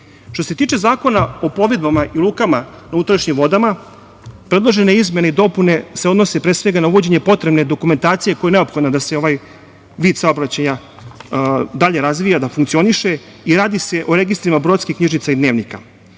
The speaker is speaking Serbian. se tiče Zakona o plovidbama i lukama na unutrašnjim vodama, predložene izmene i dopune se odnose, pre svega, na uvođenje potrebne dokumentacije koja je neophodna da se ovaj vid saobraćaja dalje razvija, da funkcioniše i radi se o registrima brodske knjižice i dnevnika. Zakon